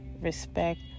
respect